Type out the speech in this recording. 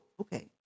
okay